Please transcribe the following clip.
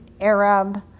Arab